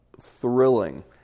thrilling